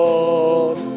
Lord